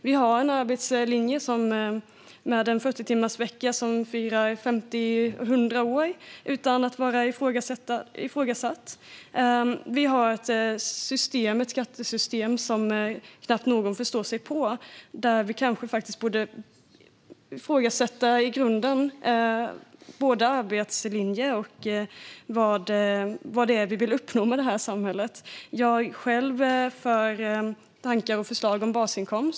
Vi har en arbetslinje med den 40-timmarsvecka som firar 100 år utan att vara ifrågasatt. Vi har ett skattesystem som knappt någon förstår sig på. Vi kanske i grunden borde ifrågasätta både arbetslinje och vad det är vi vill uppnå med det här samhället. Jag själv är för tankar och förslag om basinkomst.